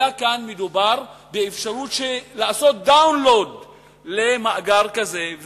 אלא כאן מדובר באפשרות של עשיית download למאגר כזה.